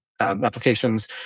applications